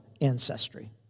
ancestry